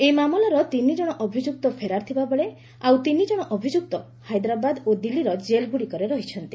ଏହି ମାମଲାର ତିନି ଜଣ ଅଭିଯୁକ୍ତ ଫେରାର୍ ଥିବା ବେଳେ ଆଉ ତିନି କଣ ଅଭିଯୁକ୍ତ ହାଇଦ୍ରାବାଦ ଓ ଦିଲ୍କୀର ଜେଲ୍ଗୁଡ଼ିକରେ ରହିଚ୍ଛନ୍ତି